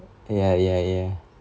ya ya ya